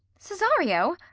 cesario,